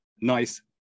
nice